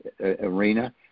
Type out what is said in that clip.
arena